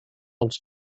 als